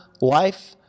life